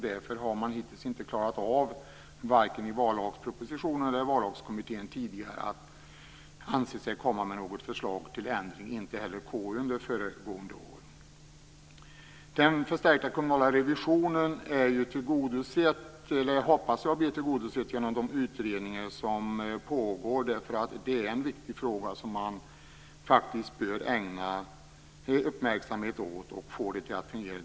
Därför har man hittills inte klarat av vare sig i vallagspropositionen eller i Vallagskommittén att komma med något förslag till ändring, och inte heller i KU under föregående år. Den förstärkta kommunala revisionen hoppas jag blir tillgodosedd genom de utredningar som pågår. Det är en viktig fråga som man faktiskt bör ägna uppmärksamhet åt och få den att fungera.